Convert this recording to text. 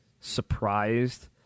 surprised